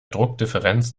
druckdifferenz